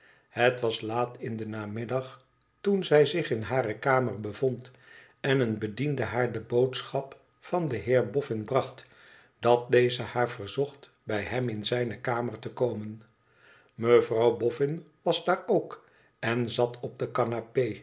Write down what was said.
het was laat in den namiddig toen zij zich in hare kamer bevond en een bediende haar de boodschap van den heer boffin bracht dat deze haar verzocht bij hem in zijne kamer te komen mevrouw boffin was daar ook en zat op de